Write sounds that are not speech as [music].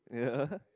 yeah [laughs]